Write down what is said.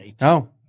no